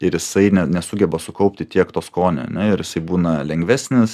ir jisai ne nesugeba sukaupti tiek to skonio ane ir jisai būna lengvesnis